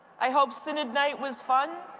i hope synod night was fun.